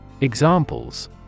Examples